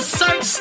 search